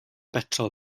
betrol